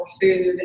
food